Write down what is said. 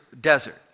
desert